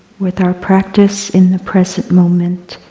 with our practice in the present moment